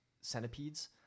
centipedes